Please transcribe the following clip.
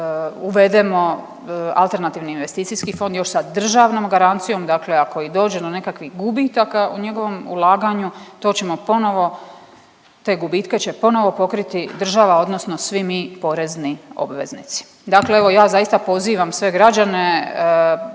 uvedemo alternativni investicijski fond još sa državnom garancijom, dakle ako i dođe do nekakvih gubitaka u njegovom ulaganju to ćemo ponovo te gubitke će ponovno pokriti država odnosno svi mi porezni obveznici. Dakle, ja zaista pozivam sve građane